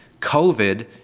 COVID